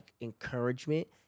encouragement